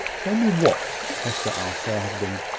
tell me what? hester asked her husband,